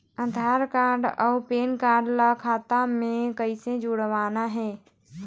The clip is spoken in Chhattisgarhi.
आधार कारड अऊ पेन कारड ला खाता म कइसे जोड़वाना हे?